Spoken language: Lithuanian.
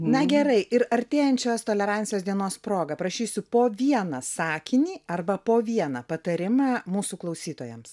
na gerai ir artėjančios tolerancijos dienos proga prašysiu po vieną sakinį arba po vieną patarimą mūsų klausytojams